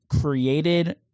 created